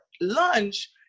lunch